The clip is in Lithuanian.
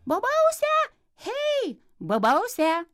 bobause hei bobause